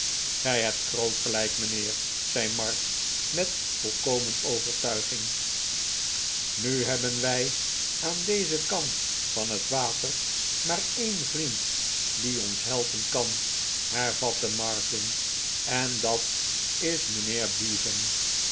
gij hebt groot gelijk mijnheer zei mark met volkomen overtuiging nu hebben wij aan dezen kant van het water maar een vriend die ons helpen kan hervatte martin en dat is mijnheer bevan